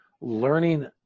learning